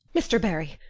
mr. barry,